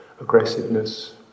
aggressiveness